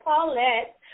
Paulette